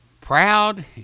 proud